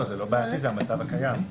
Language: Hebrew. זה לא בעייתי, זה המצב הקיים.